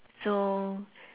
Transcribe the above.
so